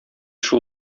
шул